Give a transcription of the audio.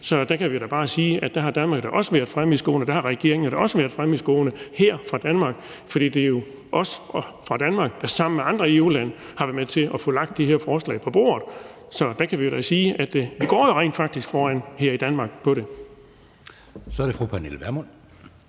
Så der kan vi da bare sige, at Danmark også har været fremme i skoene, og der har regeringen også været fremme i skoene, her fra Danmark, for det er jo os fra Danmark, der sammen med andre EU-lande har været med til at få lagt de her forslag på bordet. Så der kan vi da sige, at vi rent faktisk går foran her i Danmark i forhold til det.